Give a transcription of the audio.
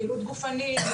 פעילות גופנית,